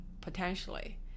potentially